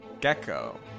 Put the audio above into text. Gecko